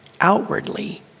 outwardly